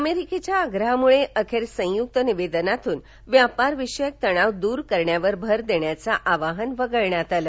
अमेरिकेच्या आग्रहामुळे अखेर संयुक्त निवेदनातून व्यापार विषयक तणाव दूर करण्यावर भर देण्याचं आवाहन वगळण्यात आलं